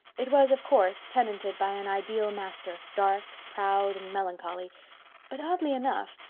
it was, of course, tenanted by an ideal master, dark, proud, and melancholy but oddly enough,